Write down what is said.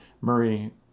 Murray